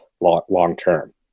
long-term